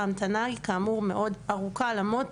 ההמתנה היא כאמור מאוד ארוכה למרות